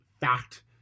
fact